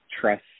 trust